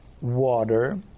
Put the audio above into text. water